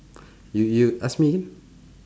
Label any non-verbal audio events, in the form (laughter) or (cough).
(breath) you you ask me again